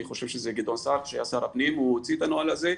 אני חושב שזה גדעון סער כשהיה שר הפנים הוא הוציא את הנוהל הזה,